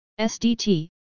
SDT